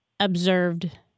observed